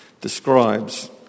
describes